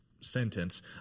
sentence